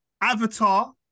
Avatar